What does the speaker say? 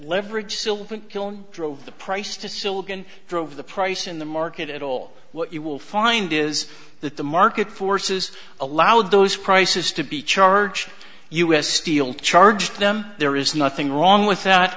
leverage still drove the price to silicon drove the price in the market at all what you will find is that the market forces allowed those prices to be charged us steel charged them there is nothing wrong with that